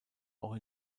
auch